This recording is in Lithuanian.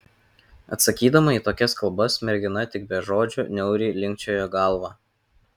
atsakydama į tokias kalbas mergina tik be žodžių niauriai linkčiojo galvą